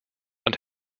und